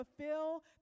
fulfill